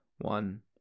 one